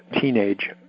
teenage